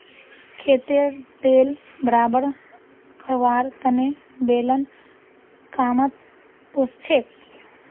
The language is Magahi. खेतेर ढेल बराबर करवार तने बेलन कामत ओसछेक